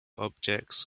objects